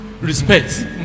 respect